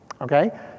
Okay